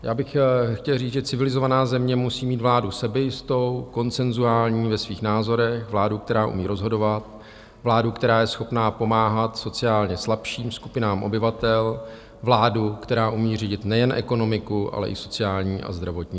Já bych chtěl říct, že civilizovaná země musí mít vládu sebejistou, konsenzuální ve svých názorech, vládu, která umí rozhodovat, vládu, která je schopná pomáhat sociálně slabším skupinám obyvatel, vládu, která umí řídit nejen ekonomiku, ale i sociální a zdravotní systém.